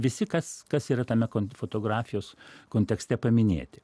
visi kas kas yra tame fotografijos kontekste paminėti